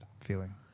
feeling